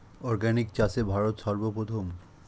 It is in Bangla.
অর্গানিক চাষে ভারত সর্বপ্রথম